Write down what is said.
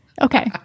Okay